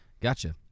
Gotcha